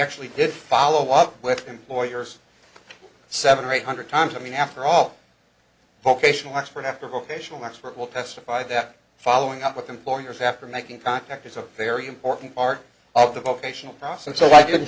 jackson did follow up with employers seven or eight hundred times i mean after all procreational expert after vocational expert will testify that following up with employers after making contact is a very important part of the vocational process and so i did